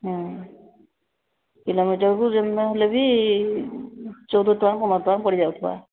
ହୁଁ କିଲୋମିଟର୍କୁ ଯେମତି ହେଲେ ବି ଚଉଦ ଟଙ୍କା ପନ୍ଦର ଟଙ୍କା ପଡ଼ିଯାଉଥିବ